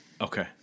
Okay